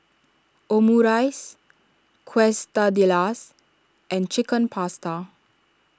Omurice Quesadillas and Chicken Pasta